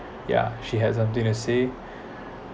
yeah she had something to say